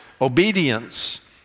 Obedience